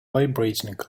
vibrating